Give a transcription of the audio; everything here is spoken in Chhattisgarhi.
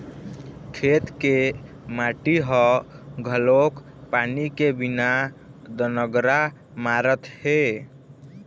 खेत के माटी ह घलोक पानी के बिना दनगरा मारत हे